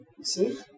see